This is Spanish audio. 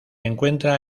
encuentra